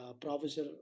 professor